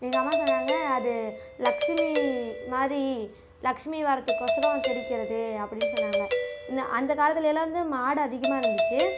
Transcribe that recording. எங்கள் அம்மா சொன்னாங்க அது லட்சுமி மாதிரி லட்சுமி வர்றதுக்கு ஒசரம் தெளிக்கின்றது அப்படினு சொன்னாங்க இந்த அந்த காலத்தில் எல்லாம் வந்து மாடு அதிகமாக இருந்துச்சி